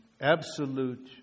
absolute